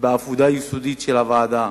בעבודה יסודית של הוועדה